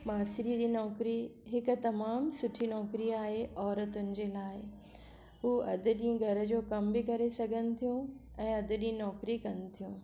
मास्तरीअ जी नौकरी हिकु तमामु सुठी नौकरी आहे औरतुनि जे लाइ उहो अधु ॾींहुं घर जो कम बि करे सघनि थियूं ऐं अधु ॾींहुं नौकरी कनि थियूं